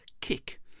kick